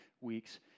weeks